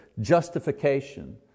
justification